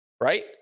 Right